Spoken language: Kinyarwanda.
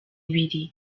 ibiri